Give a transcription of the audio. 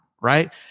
right